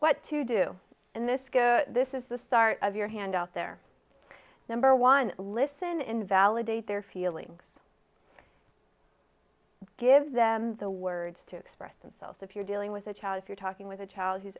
what to do and this goes this is the start of your hand out there number one listen invalidate their feelings give them the words to express themselves if you're dealing with a child if you're talking with a child who's